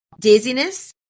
dizziness